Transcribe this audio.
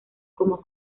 cómo